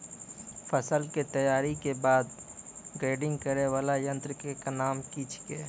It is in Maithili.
फसल के तैयारी के बाद ग्रेडिंग करै वाला यंत्र के नाम की छेकै?